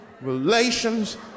relations